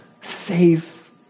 safe